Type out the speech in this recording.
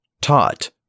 taught